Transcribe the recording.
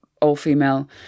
all-female